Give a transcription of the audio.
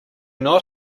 not